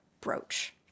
brooch